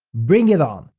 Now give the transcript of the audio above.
bring it on.